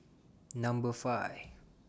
Number five